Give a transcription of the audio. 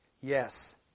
Yes